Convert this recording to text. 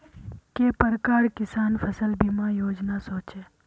के प्रकार किसान फसल बीमा योजना सोचें?